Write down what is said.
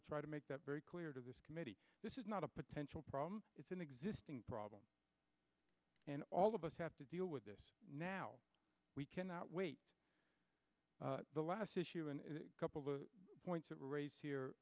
to try to make that very clear to this committee this is not a potential problem it's an existing problem and all of us have to deal with this now we cannot wait the last issue and a couple of points that were raised here